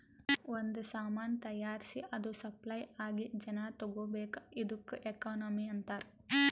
ಒಂದ್ ಸಾಮಾನ್ ತೈಯಾರ್ಸಿ ಅದು ಸಪ್ಲೈ ಆಗಿ ಜನಾ ತಗೋಬೇಕ್ ಇದ್ದುಕ್ ಎಕನಾಮಿ ಅಂತಾರ್